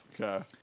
Okay